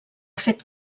fet